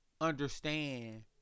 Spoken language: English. understand